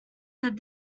said